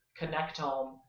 connectome